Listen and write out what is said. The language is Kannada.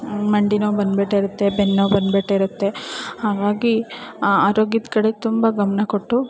ಮಂಡಿ ನೋವು ಬಂದುಬಿಟ್ಟಿರುತ್ತೆ ಬೆನ್ನು ನೋವು ಬಂದುಬಿಟ್ಟಿರುತ್ತೆ ಹಾಗಾಗಿ ಆರೋಗ್ಯದ ಕಡೆ ತುಂಬ ಗಮನ ಕೊಟ್ಟು